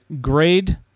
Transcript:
grade